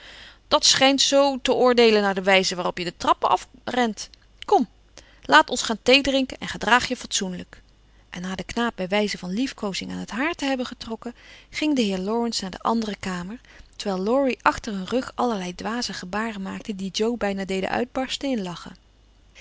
dat schijnt zoo te oordeelen naar de wijze waarop je de trappen af rent komt laat ons gaan theedrinken en gedraag je fatsoenlijk en na den knaap bij wijze van liefkoozing aan het haar te hebben getrokken ging de heer laurence naar de andere kamer terwijl laurie achter hun rug allerlei dwaze gebaren maakte die jo bijna deden uitbarsten in lachen